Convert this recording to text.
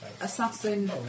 assassin